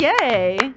Yay